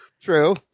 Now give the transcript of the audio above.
True